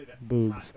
boobs